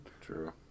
True